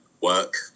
Work